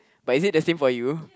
but is it the same for you